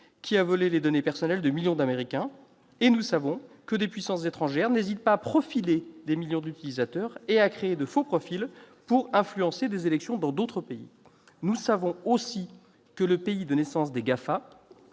qui a volé les données personnelles de millions d'Américains ; nous savons que des puissances étrangères n'hésitent pas à profiler des millions d'utilisateurs et à créer de faux profils pour influencer des élections dans d'autres pays. Nous savons aussi que le pays de naissance des GAFA